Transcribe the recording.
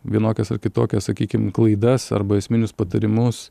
vienokias ar kitokias sakykim klaidas arba esminius patarimus